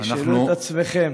תשאלו את עצמכם.